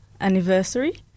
anniversary